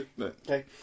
Okay